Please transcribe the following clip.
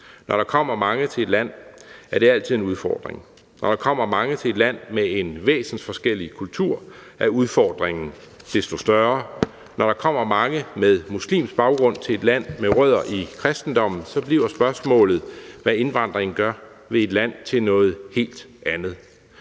Når der kommer mange til et land, er det altid en udfordring. Når der kommer mange til et land med en væsensforskellig kultur, er udfordringen desto større. Når der kommer mange med muslimsk baggrund til et land med rødder i kristendommen, bliver spørgsmålet, hvad indvandring gør ved et land, til noget helt andet.